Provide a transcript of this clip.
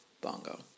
bongo